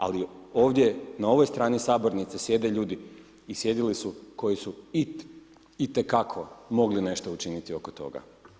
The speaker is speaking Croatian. Ali ovdje, na ovoj strani sabornici sjede ljudi i sjedili su koji su itekako mogli nešto učiniti oko toga.